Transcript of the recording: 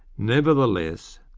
nevertheless,